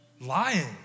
Lying